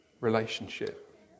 relationship